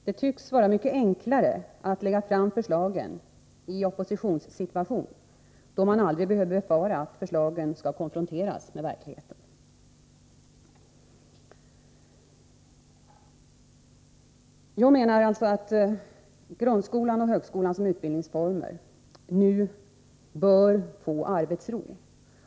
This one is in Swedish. Det tycks vara mycket enklare att lägga fram förslagen i oppositionsställning, då man aldrig behöver befara att förslagen skall konfronteras med verkligheten. Jag menar att grundskolan och högskolan som utbildningsformer nu bör få arbetsro.